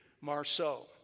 Marceau